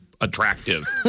attractive